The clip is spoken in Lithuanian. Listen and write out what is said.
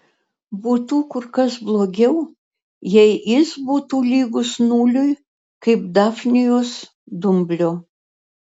būtų kur kas blogiau jei jis būtų lygus nuliui kaip dafnijos dumblio